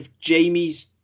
Jamie's